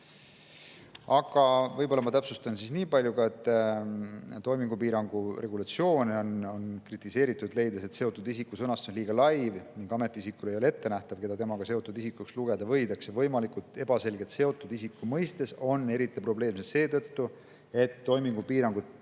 Aga võib-olla ma täpsustan nii palju, et toimingupiirangu regulatsioone on kritiseeritud, leides, et "seotud isiku" sõnastus on liiga lai ning ametiisikul ei ole ette nähtav, keda temaga seotud isikuks lugeda võidakse. Võimalikult ebaselgelt sõnastatud seotud isiku mõiste on eriti probleemne seetõttu, et toimingupiirangu